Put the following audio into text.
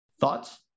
Thoughts